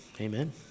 Amen